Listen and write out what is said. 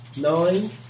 nine